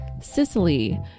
Sicily